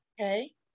Okay